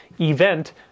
event